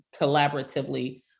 collaboratively